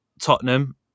Tottenham